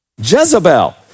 Jezebel